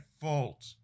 fault